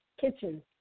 Kitchen